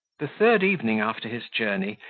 the third evening after his journey,